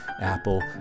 Apple